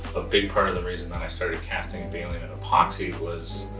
a big part of the reason that i started casting baleen in epoxy was